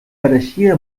pareixia